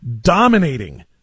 dominating